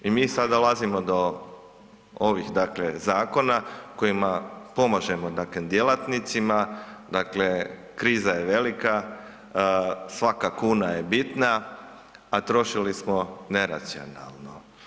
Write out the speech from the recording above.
I mi sada dolazimo do ovih zakona kojima pomažemo djelatnicima, dakle kriza je velika svaka kuna je bitna, a trošili smo neracionalno.